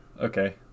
Okay